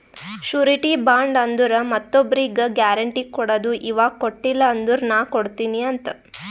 surety bond ಅಂದುರ್ ಮತ್ತೊಬ್ರಿಗ್ guarantee ಕೊಡದು ಇವಾ ಕೊಟ್ಟಿಲ ಅಂದುರ್ ನಾ ಕೊಡ್ತೀನಿ ಅಂತ್